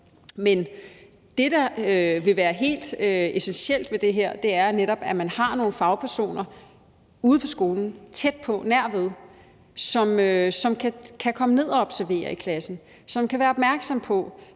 Men det, der vil være helt essentielt ved det her, er netop, at man har nogle fagpersoner ude på skolen, tæt på, nærved, som kan komme ned og observere i klassen, som kan være opmærksomme på